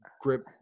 grip